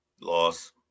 Loss